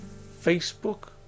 Facebook